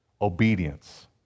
Obedience